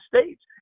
States